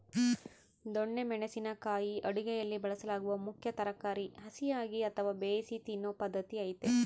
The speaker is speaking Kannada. ದೊಣ್ಣೆ ಮೆಣಸಿನ ಕಾಯಿ ಅಡುಗೆಯಲ್ಲಿ ಬಳಸಲಾಗುವ ಮುಖ್ಯ ತರಕಾರಿ ಹಸಿಯಾಗಿ ಅಥವಾ ಬೇಯಿಸಿ ತಿನ್ನೂ ಪದ್ಧತಿ ಐತೆ